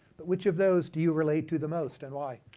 but which of those do you relate to the most and why?